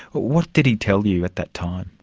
what did he tell you at that time?